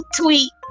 tweet